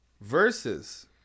versus